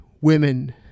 women